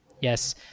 yes